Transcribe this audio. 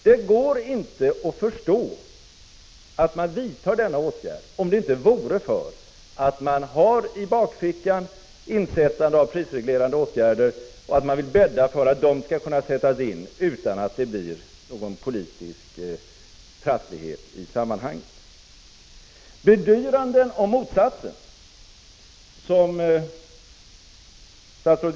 Jag kan inte förstå varför man vidtar denna åtgärd, om det inte är så att man i bakfickan har planer på ett insättande av prisreglerande åtgärder och vill bädda för dem utan någon politisk trasslighet. Bedyranden om motsatsen, som statsrådet K.